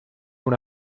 una